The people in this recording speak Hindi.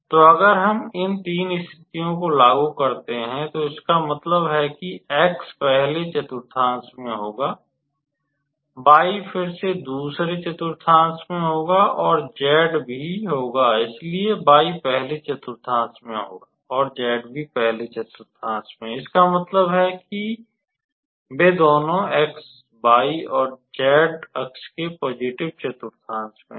तो अगर हम इन तीन स्थितियों को लागू करते हैं तो इसका मतलब है कि x पहले चतुर्थांश में होगा y फिर से दूसरे चतुर्थांश में होगा और z भी होगा इसलिए y पहले चतुर्थांश में होगा और z भी पहले चतुर्थांश में इसका मतलब है कि वे दोनों x y और z अक्ष के पॉज़िटिव चतुर्थांश में हैं